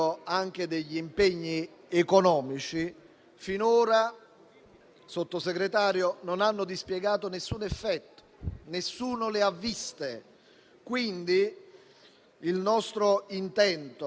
facendo comprendere che gli imprenditori di questo settore non hanno la possibilità di occuparsi delle misure